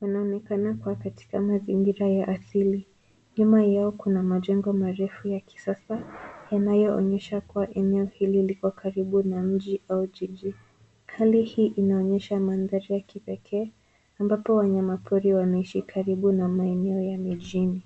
wanapowekwa katika mazingira ya asili. Nyuma yao kuna majengo marefu ya kisasa yanayoonyesha kuwa eneo hili liko karibu na mji au jiji. Hali hii inaonyesha mandhari ya kipekee, ambapo wanyama pori wanaishi karibu na maeneo ya mijini.